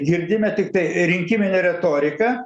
girdime tiktai rinkiminę retoriką